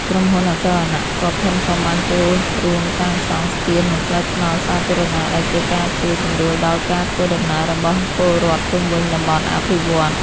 ក្រុមហ៊ុនអចលនទ្រព្យធំៗបានចូលរួមសាងសង់ ស្ពាន និងផ្លូវថ្នល់ សាធារណៈ ដែលជាការជួយសម្រួលដល់ការធ្វើដំណើររបស់ពលរដ្ឋជុំវិញតំបន់អភិវឌ្ឍន៍។